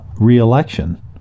re-election